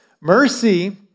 mercy